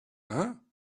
hein